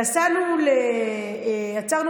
אני יכולה להגיד לך שכשהייתי יו"ר הוועדה עצרנו